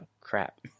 crap